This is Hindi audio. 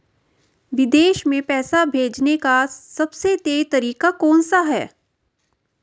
विदेश में पैसा भेजने का सबसे तेज़ तरीका कौनसा है?